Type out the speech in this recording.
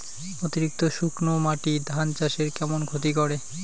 অতিরিক্ত শুকনা মাটি ধান চাষের কেমন ক্ষতি করে?